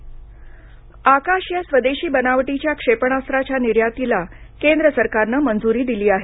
आकाश आकाश या स्वदेशी बनावटीच्या क्षेपणास्त्राच्या निर्यातीला केंद्र सरकारनं मंजूरी दिली आहे